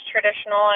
traditional